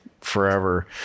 forever